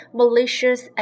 malicious